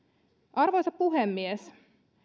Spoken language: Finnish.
arvoisa puhemies